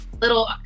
Little